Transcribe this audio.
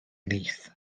nyth